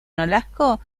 nolasco